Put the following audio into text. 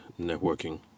networking